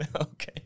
Okay